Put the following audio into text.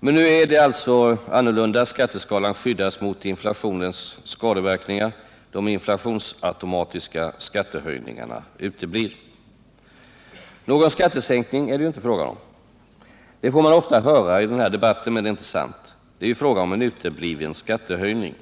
Men nu är det alltså annorlunda. Skatteskalan skyddas mot inflationens skadeverkningar. De inflationsautomatiska skattehöjningarna uteblir. Någon skattesänkning är det ju inte fråga om. Det får man ofta höra i sådana här debatter, men det är inte sant. Det är ju fråga om en utebliven skattehöjning.